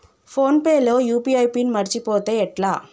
Phone pay లో UPI PIN మరచిపోతే ఎట్లా?